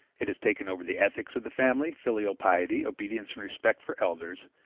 it has taken over the ethics of the family, filial piety, obedience and respect for elders,